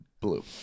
Blue